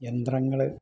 യന്ത്രങ്ങൾ